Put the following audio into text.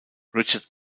richard